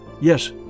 yes